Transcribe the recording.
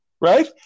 Right